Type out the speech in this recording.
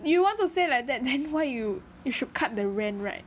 you want to say like that then why you you should cut the rent right